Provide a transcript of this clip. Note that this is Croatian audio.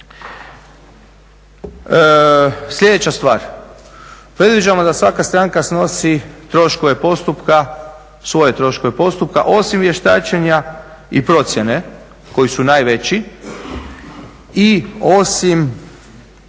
Sljedeća stvar, predviđamo da svaka stranka snosi troškove postupka, svoje troškove postupka, osim vještačenja i procjene koji su najveći i osim